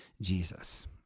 Jesus